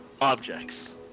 objects